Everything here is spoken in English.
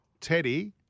Teddy